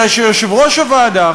אלא שיושב-ראש הוועדה,